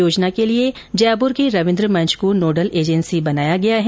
योजना के लिए जयपुर के रवीन्द्र मंच को नोडल एजेंसी बनाया गया है